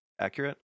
accurate